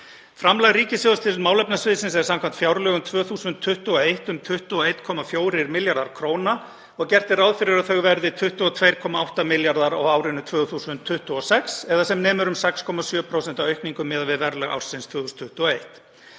Framlag ríkissjóðs til málefnasviðsins er, samkvæmt fjárlögum 2021, um 21,4 milljarðar kr. og gert er ráð fyrir að það verði 22,8 milljarðar á árinu 2026 eða sem nemur um 6,7% aukningu miðað við verðlag ársins 2021.